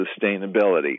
sustainability